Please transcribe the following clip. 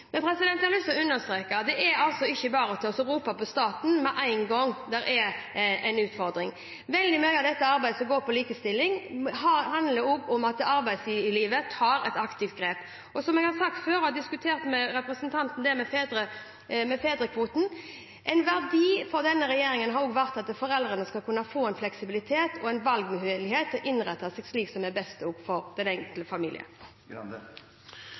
Men jeg har lyst til å understreke at det ikke bare er å rope på staten med en gang det er en utfordring. Veldig mye av arbeidet som går på likestilling, handler også om at arbeidslivet tar et aktivt grep. Og som jeg har sagt før når jeg har diskutert med representanten det med fedrekvoten: En verdi for denne regjeringen har vært at foreldrene skal kunne få fleksibilitet og valgmulighet til å innrette seg slik som er best for den enkelte familie.